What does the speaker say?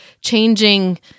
changing